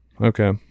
Okay